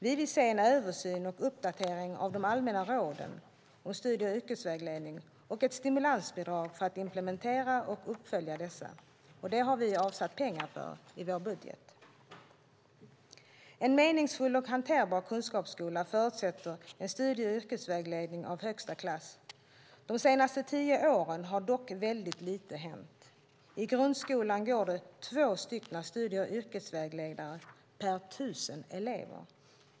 Vi vill se en översyn och en uppdatering av de allmänna råden för studie och yrkesvägledning och ett stimulansbidrag för att implementera och följa upp dessa. Det har vi avsatt pengar för i vår budget. En meningsfull och hanterbar kunskapsskola förutsätter en studie och yrkesvägledning av högsta klass. De senaste tio åren har dock väldigt lite hänt. I grundskolan går det två studie och yrkesvägledare på tusen elever.